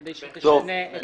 כדי שתשנה את שם הסיעה.